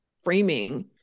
framing